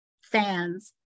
Fans